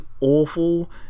awful